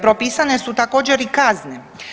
Propisane su također i kazne.